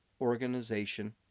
organization